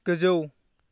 गोजौ